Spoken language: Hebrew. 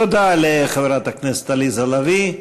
תודה לחברת הכנסת עליזה לביא,